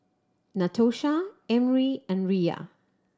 Natosha Emry and Riya